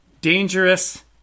dangerous